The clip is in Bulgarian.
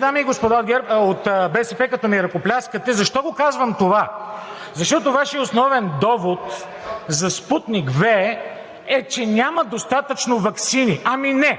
дами и господа от БСП, като ми ръкопляскате – защо го казвам това? Защото Вашият основен довод за „Спутник V“ е, че няма достатъчно ваксини. Ами не,